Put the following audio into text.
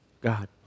God